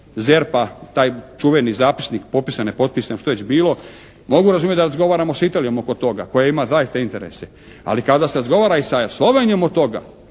ZERP-a taj čuveni zapisnik potpisan, nepotpisan, što je već bilo, mogu razumjet da razgovaramo sa Italijom oko toga koja ima zaista interese. Ali kada se razgovara i sa Slovenijom oko toga